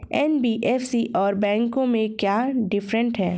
NBFC और बैंकों में क्या डिफरेंस है?